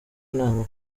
inama